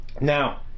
now